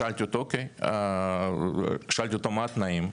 שאלתי אותו מה התנאים.